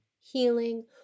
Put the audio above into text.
healing